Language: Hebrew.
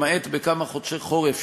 למעט בכמה חודשי חורף,